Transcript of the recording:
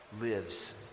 lives